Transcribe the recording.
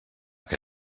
que